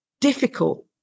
difficult